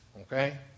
Okay